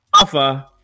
alpha